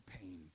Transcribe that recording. pain